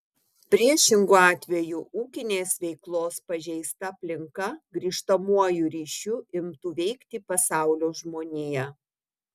priešingu atveju ūkinės veiklos pažeista aplinka grįžtamuoju ryšiu imtų veikti pasaulio žmoniją